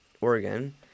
Oregon